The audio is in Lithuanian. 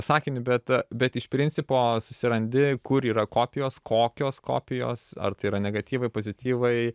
sakiniu bet bet iš principo susirandi kur yra kopijos kokios kopijos ar tai yra negatyvai pozityvai